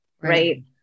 right